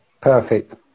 Perfect